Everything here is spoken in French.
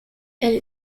elle